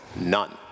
None